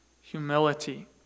humility